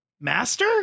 master